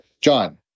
John